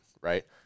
Right